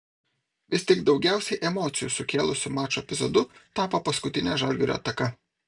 vis tik daugiausiai emocijų sukėlusiu mačo epizodu tapo paskutinė žalgirio ataka